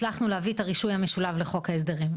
הצלחנו להביא את הרישוי המשולב לחוק ההסדרים.